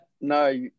no